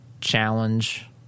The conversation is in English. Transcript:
challenge